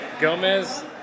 Gomez